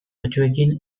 batzuekin